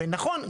ונכון,